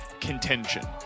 contention